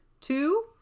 Two